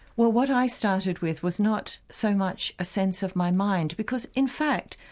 well what i started with was not so much a sense of my mind because in fact,